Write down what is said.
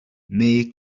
may